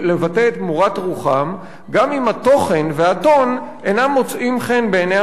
מורת רוחם גם אם התוכן והטון אינם מוצאים חן בעיני הממסד.